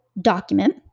document